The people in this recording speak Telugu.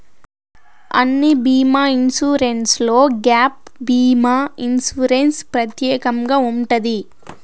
అన్ని బీమా ఇన్సూరెన్స్లో గ్యాప్ భీమా ఇన్సూరెన్స్ ప్రత్యేకంగా ఉంటది